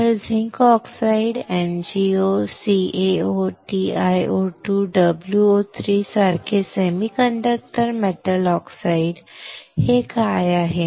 तर zinc oxide MgO CaO TiO2 WO3 सारखे semiconductor metal oxide हे काय आहे